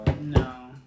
No